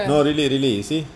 no really really you see